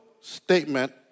statement